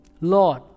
Lord